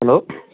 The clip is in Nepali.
हेलो